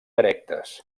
erectes